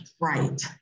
right